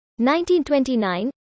1929